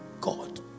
God